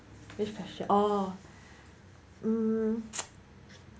which question oh mm